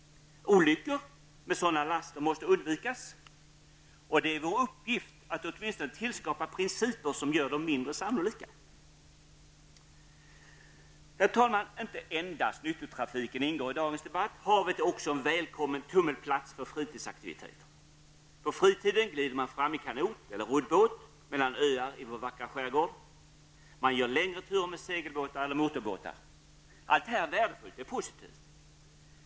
Olyckor med sådana laster måste undvikas, och det är vår uppgift att åtminstone tillskapa principer som gör dem mindre sannolika. Herr talman! Inte endast nyttotrafiken ingår i dagens debatt. Havet är också en välkommen tummelplats för fritidsaktiviteter. På fritiden glider man fram i kanot eller roddbåt mellan öar i vår vackra skärgård, och man gör längre turer med segelbåtar eller motorbåtar. Allt detta är värdefullt och positivt.